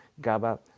GABA